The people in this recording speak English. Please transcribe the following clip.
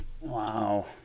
Wow